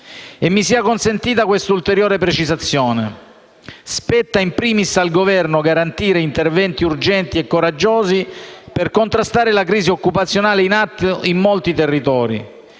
inoltre consentita un'ulteriore precisazione. Spetta *in primis* al Governo garantire interventi urgenti e coraggiosi per contrastare la crisi occupazionale in atto in molti territori.